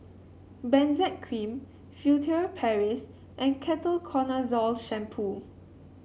Benzac Cream Furtere Paris and Ketoconazole Shampoo